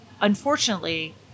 unfortunately